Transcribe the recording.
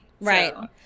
Right